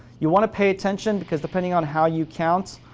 you want to pay attention, because depending on how you count,